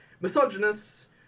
misogynists